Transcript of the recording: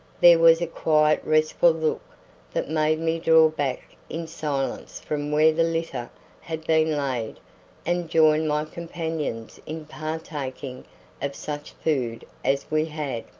there was a quiet restful look that made me draw back in silence from where the litter had been laid and join my companions in partaking of such food as we had.